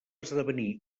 esdevenir